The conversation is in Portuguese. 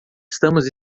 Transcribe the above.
estamos